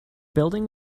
building